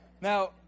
Now